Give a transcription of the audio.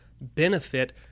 benefit